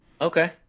okay